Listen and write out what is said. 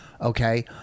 okay